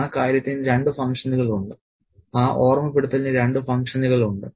ആ കാര്യത്തിന് രണ്ട് ഫംഗ്ഷനുകൾ ഉണ്ട് അത് ഓർമ്മപ്പെടുത്തലിന് രണ്ട് ഫംഗ്ഷനുകൾ ഉണ്ട്